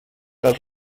cal